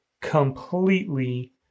completely